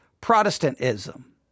Protestantism